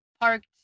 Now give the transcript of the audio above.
parked